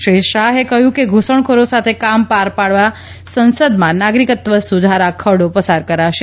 શ્રી શાહે કહ્યું કે ઘુસણખોરો સાથે કામ પાર પાડવા સંસદમાં નાગરિકત્વ સુધારા ખરડો પસાર કરાશે